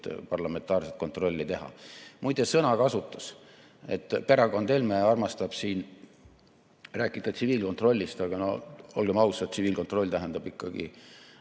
parlamentaarset kontrolli teha. Muide, sõnakasutus. Perekond Helme armastab siin rääkida tsiviilkontrollist, aga no olgem ausad, tsiviilkontroll tähendab ikkagi